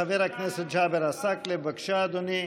חבר הכנסת ג'אבר עסאקלה, בבקשה, אדוני,